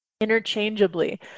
interchangeably